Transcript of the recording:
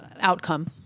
outcome